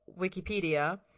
Wikipedia